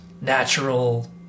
Natural